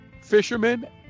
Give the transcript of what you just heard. fishermen